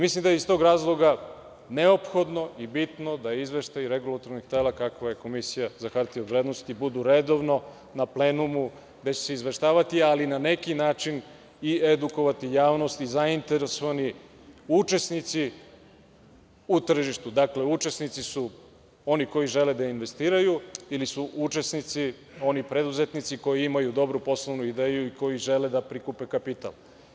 Mislim da je iz tog razloga neophodno i bitno da izveštaj regulatornog tela kakvo je Komisija za hartije od vrednosti budu redovno na plenumu, gde će se izveštavati, ali na neki način i edukovati javnost i zainteresovani učesnici u tržištu, dakle, učesnici su oni koji žele da investiraju ili su učesnici oni preduzetnici koji imaju dobru poslovnu ideju i koji žele da prikupe kapital.